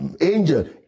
angel